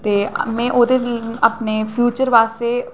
ते में ओह्दे लेई अपने फ्यूचर आस्तै